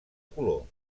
color